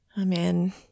Amen